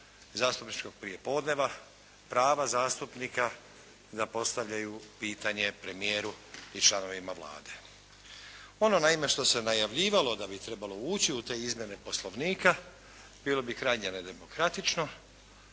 zastupničkog prijepodneva, prava zastupnika da postavljaju pitanje premijeru i članovima Vlade. Ono naime što se najavljivalo da bi trebalo ući u te izmjene Poslovnika bilo bi krajnje nedemokratično,